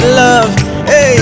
love